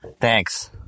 Thanks